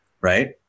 right